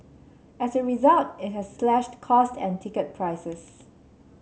as a result it has slashed costs and ticket prices